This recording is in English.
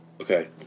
Okay